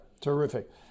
Terrific